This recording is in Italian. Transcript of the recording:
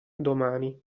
domani